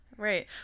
Right